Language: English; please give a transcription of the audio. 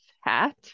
hat